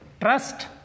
Trust